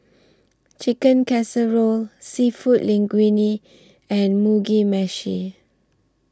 Chicken Casserole Seafood Linguine and Mugi Meshi